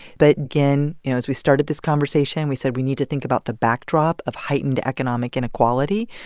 but again, you know, as we started this conversation, we said we needed to think about the backdrop of heightened economic inequality.